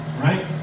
right